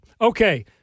Okay